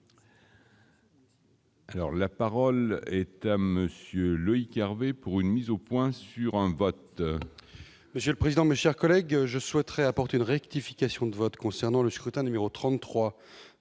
la parole est à monsieur Loïc Hervé pour une mise au point sur un vote.